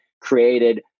created